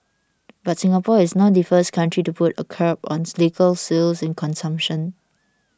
but Singapore is not the first country to put a curb on liquor sales and consumption